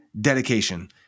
dedication